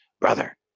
brother